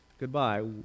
goodbye